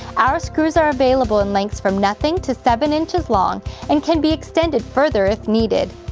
our screws are available in lengths from nothing to seven inches long and can be extended further if needed.